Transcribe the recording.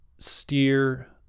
Steer